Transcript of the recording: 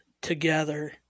together